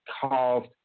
carved